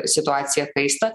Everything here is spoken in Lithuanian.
situacija kaista